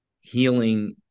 healing